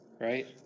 right